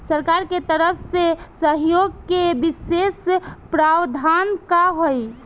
सरकार के तरफ से सहयोग के विशेष प्रावधान का हई?